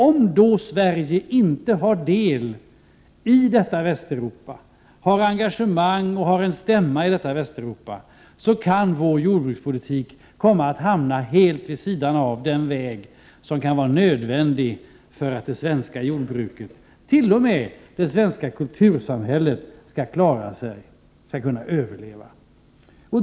Om Sverige då inte har del, engagemang eller en stämma i detta Västeuropa, kan vår jordbrukspolitik komma att hamna helt vid sidan av den väg som kan vara nödvändig för att det svenska jordbruket — ja, t.o.m. det svenska kultursamhället — skall kunna överleva.